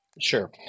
Sure